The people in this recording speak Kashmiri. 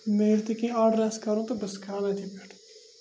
مےٚ ییٚلہِ تہِ کیٚنٛہہ آرڈَر آسہِ کَرُن تہٕ بہٕ چھَس کَران أتھی پٮ۪ٹھ